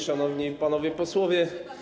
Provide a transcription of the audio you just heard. Szanowni Panowie Posłowie!